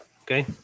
Okay